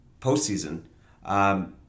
postseason